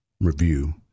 review